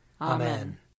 Amen